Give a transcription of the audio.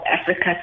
Africa